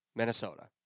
Minnesota